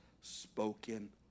spoken